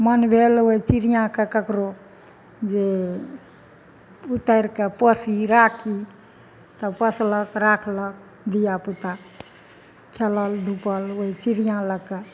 मन भेल ओइ चिड़ियाँके ककरो जे उतारि कऽ पोसी राखी तब पोसलक राखलक धियापुता खेलल धुपल ओइ चिड़ियाँ लअ कऽ